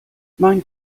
mein